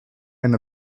and